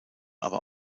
aber